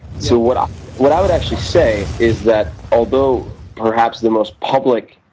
so what i what i would actually say is that although, perhaps, the most public